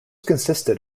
consisted